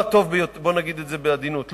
בוא נגיד את זה בעדינות,